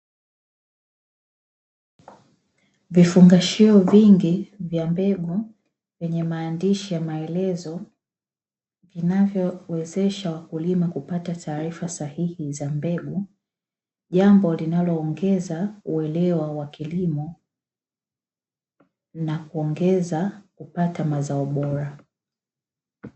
Vifungashio vingi vya mbegu, vyenye maandishi ya maelezo, vinavyowezesha wakulima kupata taarifa sahihi za mbegu, jambo linaloongeza uelewa wa kilimo na kuongeza kupata mazao bora.